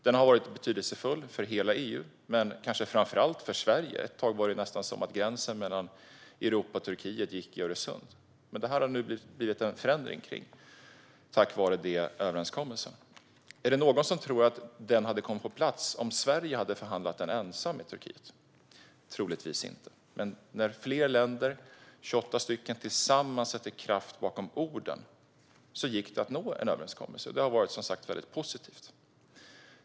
Den har varit betydelsefull för hela EU, men kanske framför allt för Sverige - ett tag var det nästan som att gränsen mellan Europa och Turkiet gick i Öresund. Detta har det dock blivit en förändring kring tack vare överenskommelsen. Är det någon som tror att den hade kommit på plats om Sverige ensamt hade förhandlat med Turkiet? Troligtvis inte. Men när fler länder, 28 stycken, tillsammans satte kraft bakom orden gick det att nå en överenskommelse. Det har som sagt varit väldigt positivt.